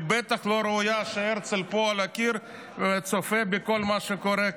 היא בטח לא ראויה שהרצל פה על הקיר צופה בכל מה שקורה כאן,